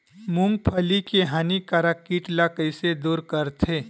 मूंगफली के हानिकारक कीट ला कइसे दूर करथे?